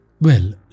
Well